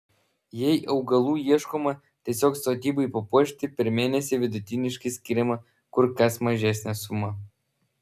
jei augalų ieškoma tiesiog sodybai papuošti per mėnesį vidutiniškai skiriama kur kas mažesnė suma